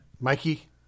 Mikey